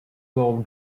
low